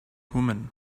woman